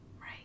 Right